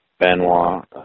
Benoit